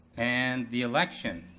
and the election.